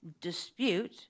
dispute